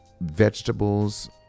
vegetables